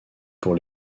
pour